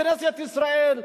לכנסת ישראל,